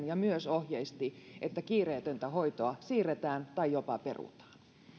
ja myös ohjeisti että kiireetöntä hoitoa siirretään tai jopa perutaan